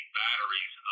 batteries